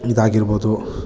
ಇದಾಗಿರ್ಬೌದು